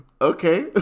okay